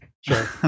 sure